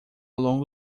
longo